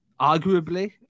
Arguably